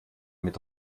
mit